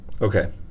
Okay